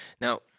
Now